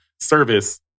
service